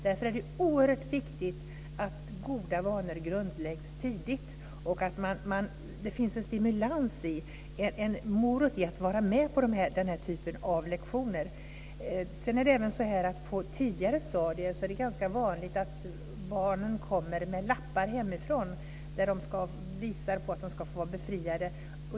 Därför är det viktigt att goda vanor grundläggs tidigt, att det finns en stimulans, en morot, i att vara med på den här typen av lektioner. Det är även så att på tidigare stadier är det ganska vanligt att barnen kommer med lappar hemifrån som visar att de ska vara befriade.